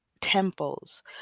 temples